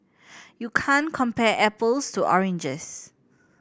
you can't compare apples to oranges